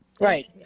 Right